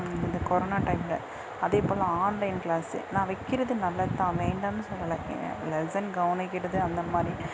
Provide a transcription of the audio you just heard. இந்த கொரோனா டைமில் அதேப்போல் ஆன்லைன் கிளாஸு நான் வைக்கிறது நல்லதுதான் வேண்டாம்னு சொல்லலை லெசன் கவனிக்கிறது அந்த மாதிரி